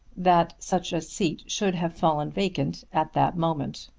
that such a seat should have fallen vacant at that moment.